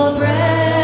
breath